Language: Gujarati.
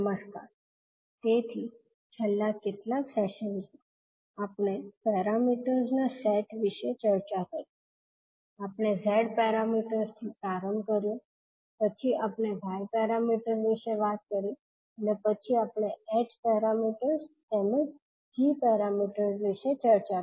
નમસ્કાર તેથી છેલ્લા કેટલાક સેશન્સ માં આપણે પેરામીટર્સ ના સેટ વિશે ચર્ચા કરી આપણે Z પેરામીટર્સ થી પ્રારંભ કર્યો પછી આપણે Y પેરામીટર્સ વિશે વાત કરી અને પછી આપણે h પેરામીટર્સ તેમજ જ g પેરામીટર્સ વિશે ચર્ચા કરી